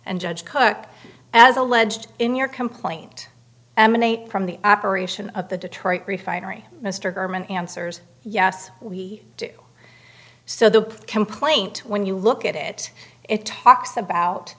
and judge cook as alleged in your complaint emanate from the operation of the detroit refinery mr garman answers yes we do so the complaint when you look at it it talks about